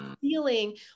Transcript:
feeling